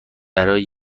برای